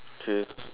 K